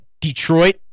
Detroit